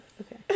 okay